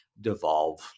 devolve